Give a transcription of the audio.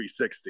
360